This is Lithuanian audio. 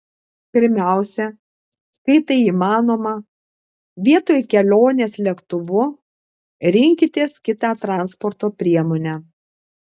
pirmiausia kai tai įmanoma vietoj kelionės lėktuvu rinkitės kitą transporto priemonę